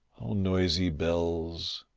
oh, noisy bells,